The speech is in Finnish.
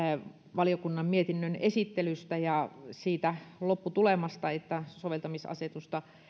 valiokunnan mietinnön esittelystä ja siitä lopputulemasta että soveltamisasetusta